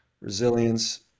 resilience